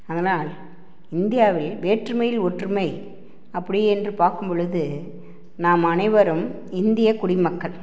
அதனால் இந்தியாவில் வேற்றுமையில் ஒற்றுமை அப்படி என்று பார்க்கும் பொழுது நாம் அனைவரும் இந்தியக் குடிமக்கள்